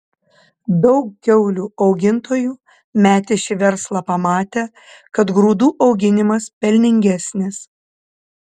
daug kiaulių augintojų metė šį verslą pamatę kad grūdų auginimas pelningesnis